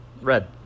red